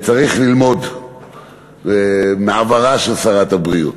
צריך ללמוד מעברה של שרת הבריאות.